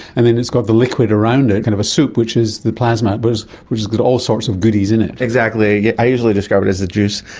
and then it's got the liquid around it, kind of a soup which is the plasma which has got all sorts of goodies in it. exactly. yeah i usually describe it as the juice.